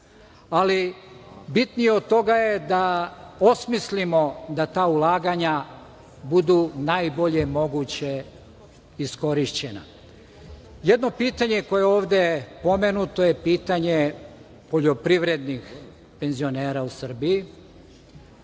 ali bitnije od toga jeste da osmislimo da ta ulaganja budu najbolje moguće iskorišćenja. Jedno pitanje koje je ovde pomenuto je pitanje poljoprivrednih penzionera u Srbiji.